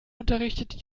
unterrichtet